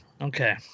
Okay